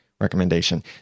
recommendation